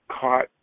caught